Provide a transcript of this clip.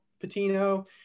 Patino